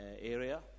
area